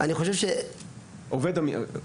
נציג המשרד עובד המדינה.